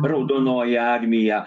raudonoji armija